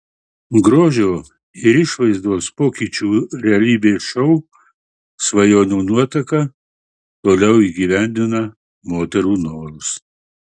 grožio ir išvaizdos pokyčių realybės šou svajonių nuotaka toliau įgyvendina moterų norus